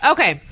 Okay